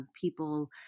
people